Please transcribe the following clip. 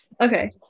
okay